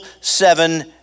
seven